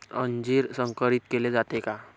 अंजीर संकरित केले जाते का?